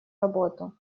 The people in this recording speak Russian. работу